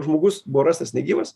žmogus buvo rastas negyvas